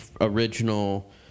original